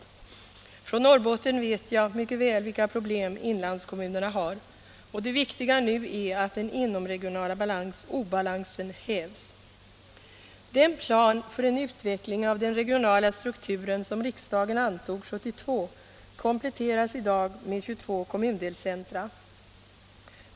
121 Från Norrbotten vet jag mycket väl vilka problem inlandskommunerna har, och det viktiga är nu att den inomregionala obalansen hävs. Den plan för en utveckling av den regionala strukturen som riksdagen antog 1972 kompletteras i dag med 22 kommundelscentra.